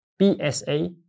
BSA